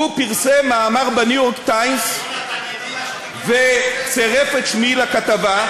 הוא פרסם מאמר ב"ניו-יורק טיימס" וצירף את שמי לכתבה.